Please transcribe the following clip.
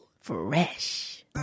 Fresh